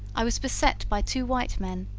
i was beset by two white men,